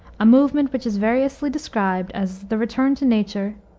a movement which is variously described as the return to nature,